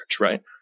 right